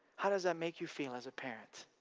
how does that make you feel as a parent?